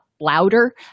louder